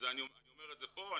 אני אומר את זה פה,